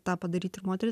tą padaryt ir moteris